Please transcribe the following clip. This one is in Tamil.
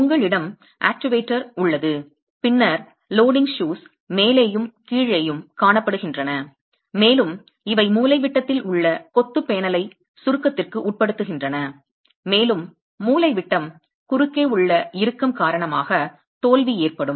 உங்களிடம் ஆக்சுவேட்டர் உள்ளது பின்னர் ஏற்றுதல் காலணிகள் மேலேயும் கீழேயும் காணப்படுகின்றன மேலும் இவை மூலைவிட்டத்தில் உள்ள கொத்து பேனலை சுருக்கத்திற்கு உட்படுத்துகின்றன மேலும் மூலைவிட்டம் குறுக்கே உள்ள இறுக்கம் காரணமாக தோல்வி ஏற்படும்